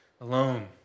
alone